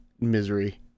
misery